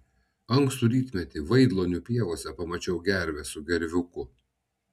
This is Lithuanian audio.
ankstų rytmetį vaidlonių pievose pamačiau gervę su gerviuku